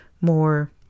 more